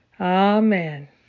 Amen